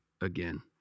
again